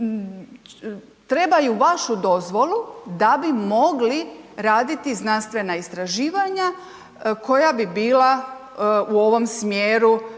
trebaju vašu dozvolu da bi mogli raditi znanstvena istraživanja koja bi bila u ovom smjeru